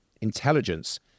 intelligence